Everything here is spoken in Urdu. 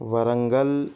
ورنگل